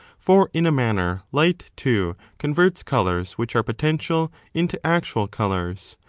for in a manner light, too, converts colours which are potential into actual colours.